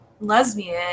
Lesbian